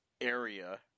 area